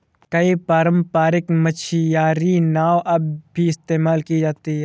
कई पारम्परिक मछियारी नाव अब भी इस्तेमाल की जाती है